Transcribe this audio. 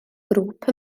grŵp